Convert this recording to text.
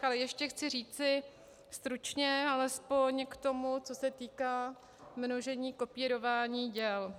Ale ještě chci říci stručně alespoň k tomu, co se týká množení, kopírování děl.